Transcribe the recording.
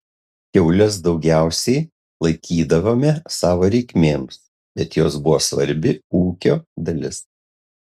kiaules daugiausiai laikydavome savo reikmėms bet jos buvo svarbi ūkio dalis